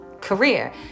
career